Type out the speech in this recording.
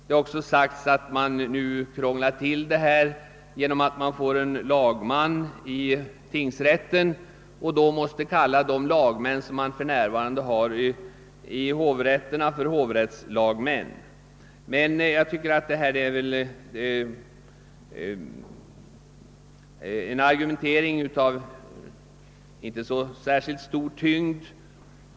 Det har också sagts att man nu krånglar till saken genom att det blir en lagman i tingsrätten, och att de lagmän, som för närvarande finns vid 'hovrätterna följaktligen måste benämnas »hovrättslagmän». Men jag tycker att denna argumentering inte har särskilt stor tyngd.